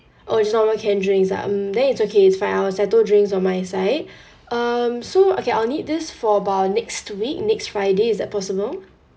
oh it's just normal canned drinks ah mm then it's okay it's fine I will settle drinks on my side um so okay I'll need this for about next week next friday is that possible